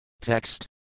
Text